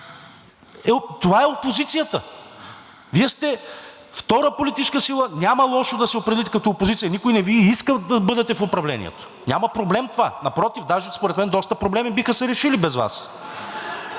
това е опозицията. Вие сте втора политическа сила, няма лошо да се определите като опозиция. Никой не Ви е и искал да бъдете в управлението, няма проблем това. Напротив, даже според мен доста проблеми биха се решили без Вас